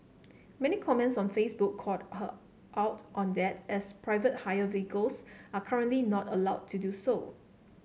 many comments on Facebook called her out on that as private hire vehicles are currently not allowed to do so